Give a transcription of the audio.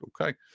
Okay